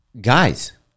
guys